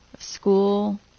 School